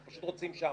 אנחנו פשוט רוצים שם.